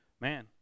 man